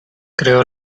creó